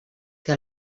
que